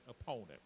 opponent